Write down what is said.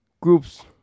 groups